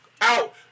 out